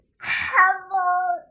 Hello